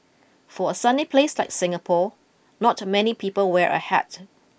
for a sunny place like Singapore not many people wear a hat